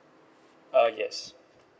uh yes